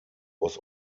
was